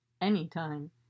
Anytime